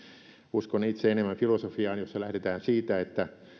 uskon itse enemmän filosofiaan jossa lähdetään siitä että